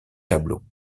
tableau